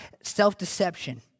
Self-deception